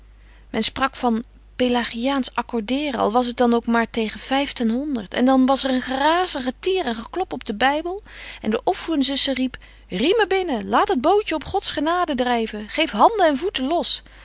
men sprak van pelagiaans accordeeren al was t dan ook maar tegen vyf ten honderd en dan was er een geraas een getier en geklop op den bybel en de oeffenzuster riep riemen binnen laat het bootje op gods genade dryven geef handen en voeten los